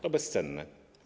To bezcenne.